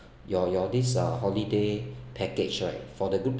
your your this ah holiday package right for the group